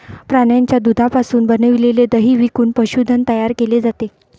प्राण्यांच्या दुधापासून बनविलेले दही विकून पशुधन तयार केले जाते